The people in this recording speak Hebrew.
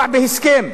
לפגוע בהסכם,